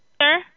Sir